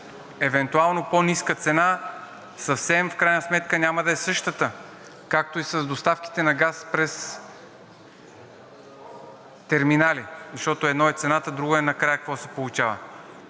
евентуално по-ниска цена в крайна сметка съвсем няма да е същата, както и с доставките на газ през терминали. Защото едно е цената, а друго какво се получава